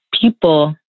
people